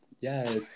Yes